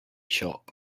shop